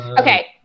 Okay